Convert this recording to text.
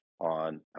on